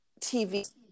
TV